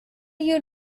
you